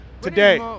today